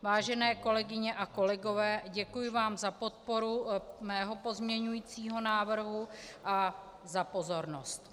Vážené kolegyně a kolegové, děkuji vám za podporu mého pozměňujícího návrhu a za pozornost.